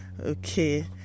Okay